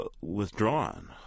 withdrawn